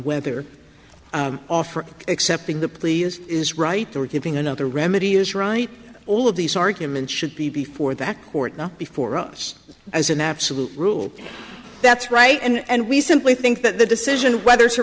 whether offer accepting the plea is right there giving another remedy is right all of these arguments should be before the court not before us as an absolute rule that's right and we simply think that the decision whether to